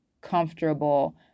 comfortable